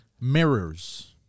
Mirrors